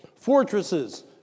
Fortresses